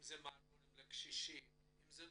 אם זה מועדונים לקשישים, אם זה תוכניות,